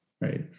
right